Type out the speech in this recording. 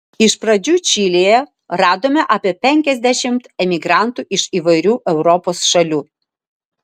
iš pradžių čilėje radome apie penkiasdešimt emigrantų iš įvairių europos šalių